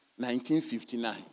1959